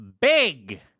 big